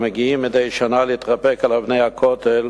המגיעים מדי שנה להתרפק על אבני הכותל,